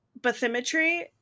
bathymetry